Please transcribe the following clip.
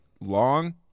long